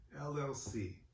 LLC